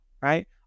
right